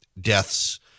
deaths